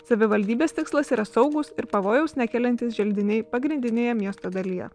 savivaldybės tikslas yra saugūs ir pavojaus nekeliantys želdiniai pagrindinėje miesto dalyje